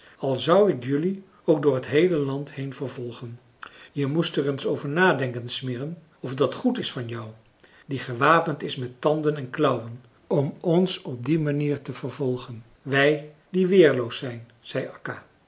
al zou ik jelui ook door t heele land heen vervolgen je moest er eens over nadenken smirre of dat goed is van jou die gewapend is met tanden en klauwen om ons op die manier te vervolgen wij die weerloos zijn zei